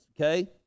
okay